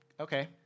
Okay